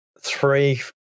three